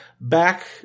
back